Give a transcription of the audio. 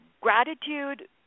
Gratitude